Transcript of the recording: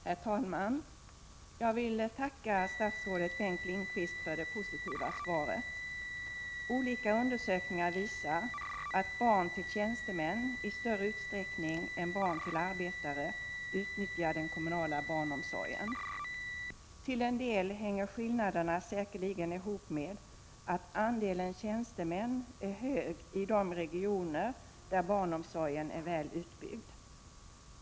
Herr talman! Jag vill tacka statsrådet Bengt Lindqvist för det positiva svaret. Olika undersökningar visar att barn till tjänstemän i större utsträckning än barn till arbetare utnyttjar den kommunala barnomsorgen. Till en del hänger skillnaderna säkerligen ihop med att andelen tjänstemän är hög i de regioner där barnomsorgen är väl utbyggd.